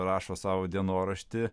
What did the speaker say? rašo savo dienorašty